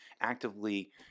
actively